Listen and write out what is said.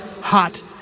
hot